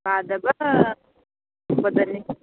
ꯄꯥꯗꯕ ꯍꯪꯉꯛꯄꯗꯅꯤ